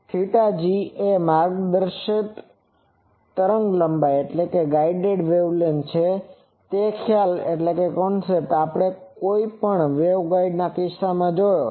g એ માર્ગદર્શિત તરંગલંબાઇ છે જે ખ્યાલ આપણે કોઈપણ વેવગાઇડના કિસ્સામાં જોયો છે